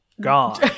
gone